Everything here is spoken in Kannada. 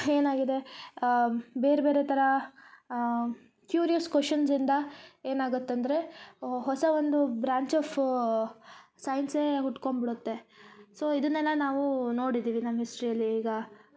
ಏನಾಗಿದೆ ಬೇರೆ ಬೇರೆ ಥರ ಕ್ಯೂರಿಯಸ್ ಕೋಷನ್ಸ್ಯಿಂದ ಏನಾಗತ್ತೆ ಅಂದರೆ ಹೊಸ ಒಂದು ಬ್ರಾಂಚ್ ಆಫ್ ಸೈನ್ಸೆ ಹುಟ್ಕೊಂಬಿಡತ್ತೆ ಸೊ ಇದನ್ನೆಲ್ಲ ನಾವು ನೋಡಿದೀವಿ ನಮ್ಮ ಹಿಸ್ಟ್ರಿಯಲ್ಲಿ ಈಗ ಐಸ್ಯಾಕ್ ನ್ಯೂಟನ್ ತಲೆ ಮೇಲೆ ಆ್ಯಪಲ್ಲಿ ಬಿದ್ದಿದ್ದರಿಂದ ಇಡೀ